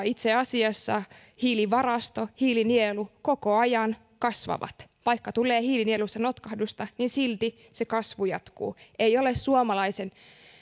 itse asiassa hiilivarasto hiilinielut koko ajan kasvavat eli vaikka tulee hiilinielussa notkahdusta niin silti se kasvu jatkuu ei ole suomalaisen